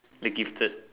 the gifted